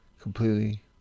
completely